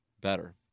better